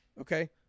Okay